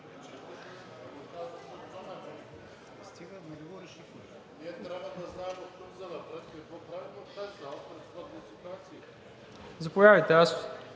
Заповядайте.